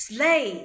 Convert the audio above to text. Slay